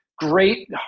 Great